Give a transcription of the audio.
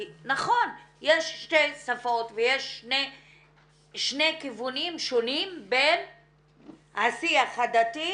כי נכון יש שתי שפות ויש שני כיוונים שונים בין השיח הדתי